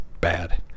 bad